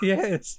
Yes